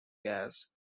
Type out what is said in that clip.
gas